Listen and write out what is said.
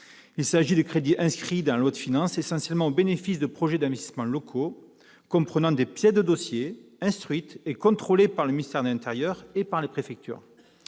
Il s'agit de crédits inscrits en loi de finances, essentiellement au bénéfice de projets d'investissement locaux, comprenant des pièces de dossier instruites et contrôlées par le ministère de l'intérieur et par les préfectures.